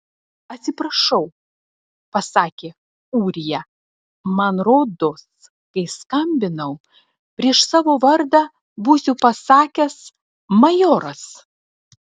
atsiprašau pasakė ūrija man rodos kai skambinau prieš savo vardą būsiu pasakęs majoras